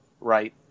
right